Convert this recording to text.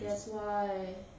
that's why